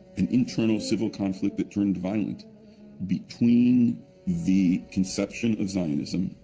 an internal civil conflict that turned violent between the conception of zionism,